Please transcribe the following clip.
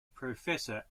professor